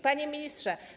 Panie Ministrze!